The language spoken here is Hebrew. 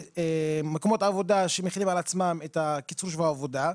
מקומות עבודה שמחילים על עצמם את קיצור שבוע העבודה,